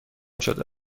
شده